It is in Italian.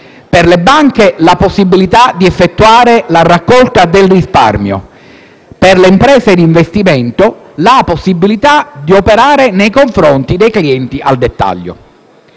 per le banche, la possibilità di effettuare la raccolta del risparmio; per le imprese d'investimento, la possibilità di operare nei confronti dei clienti al dettaglio.